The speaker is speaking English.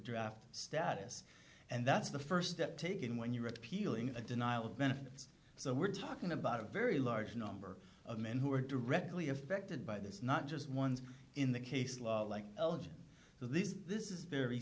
draft status and that's the st step taken when you're appealing a denial of benefits so we're talking about a very large number of men who are directly affected by this not just ones in the case like elegy so this this is very